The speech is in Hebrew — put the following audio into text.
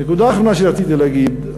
נקודה אחרונה שרציתי להגיד.